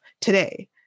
today